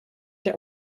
der